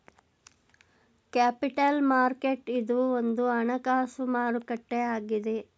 capital market ಇದು ಒಂದು ಹಣಕಾಸು ಮಾರುಕಟ್ಟೆ ಆಗಿದೆ